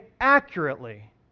accurately